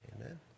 amen